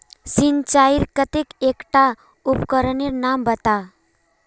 सिंचाईर केते एकटा उपकरनेर नाम बता?